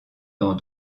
dans